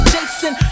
Jason